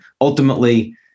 Ultimately